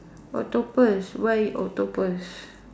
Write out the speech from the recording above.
octopus why octopus